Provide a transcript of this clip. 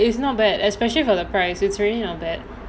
ya is not bad especially for the price it's really not bad